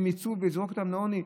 הן יצאו והוא יזרוק אותן לעוני.